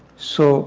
so